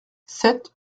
sept